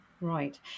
Right